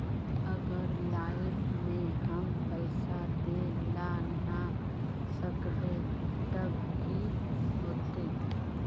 अगर लाइफ में हैम पैसा दे ला ना सकबे तब की होते?